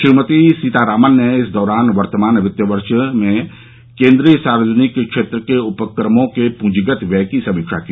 श्रीमती सीतारामन ने इस दौरान वर्तमान वित्त वर्ष में केन्द्रीय सार्वजनिक क्षेत्र के उपक्रमों के पूंजीगत व्यय की समीक्षा की